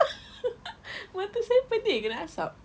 mata saya pening lah kena asap